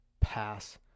pass